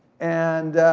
and,